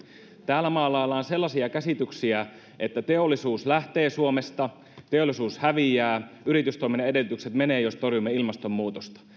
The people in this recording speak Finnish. täällä maalaillaan sellaisia käsityksiä että teollisuus lähtee suomesta teollisuus häviää yritystoiminnan edellytykset menevät jos torjumme ilmastonmuutosta